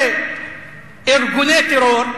ארגוני טרור,